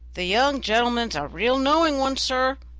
the young gentleman's a real knowing one, sir.